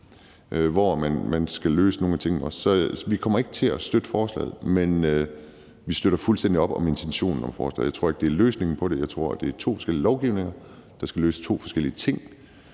skal man også løse nogle af tingene. Så vi kommer ikke til at støtte forslaget, men vi støtter fuldstændig op om intentionen med forslaget. Jeg tror ikke, det er løsningen på det. Jeg tror, det er to forskellige lovgivninger, der skal løse to forskellige ting,